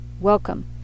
Welcome